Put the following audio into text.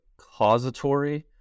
causatory